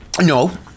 No